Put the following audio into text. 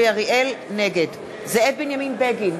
נגד זאב בנימין בגין,